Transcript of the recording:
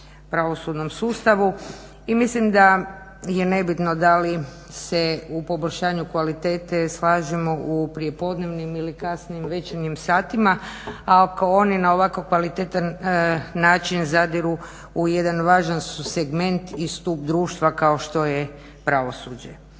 pravosudnom sustavu. I mislim da je nebitno da li se u poboljšanju kvalitete slažemo u prijepodnevnim ili kasnijim večernjim satima ako oni na ovako kvalitetan način zadiru u jedan važan segment i stup društva kao što je pravosuđe.